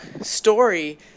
story